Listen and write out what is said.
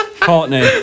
Courtney